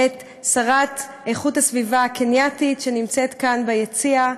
את שרת הגנת הסביבה הקנייתית, שנמצאת כאן ביציע.